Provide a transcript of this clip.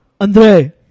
Andre